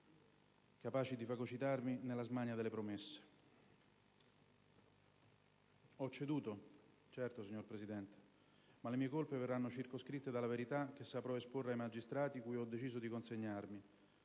capaci di fagocitarmi nella smania delle promesse. Ho ceduto, certo, signora Presidente, ma le mie colpe verranno circoscritte dalla verità che saprò esporre ai magistrati cui ho deciso di consegnarmi,